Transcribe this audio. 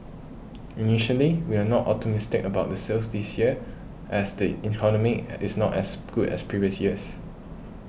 initially we were not optimistic about the sales this year as the economy is not as good as previous years